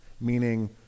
meaning